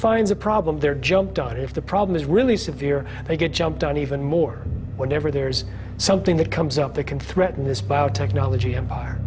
finds a problem they're jumped on if the problem is really severe they get jumped on even more whenever there's something that comes up that can threaten this biotechnology empire